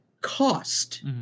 cost